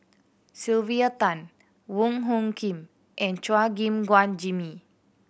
Sylvia Tan Wong Hung Khim and Chua Gim Guan Jimmy